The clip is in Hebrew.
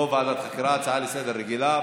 לא ועדת חקירה, הצעה לסדר-היום רגילה.